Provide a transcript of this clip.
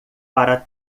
para